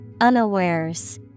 Unawares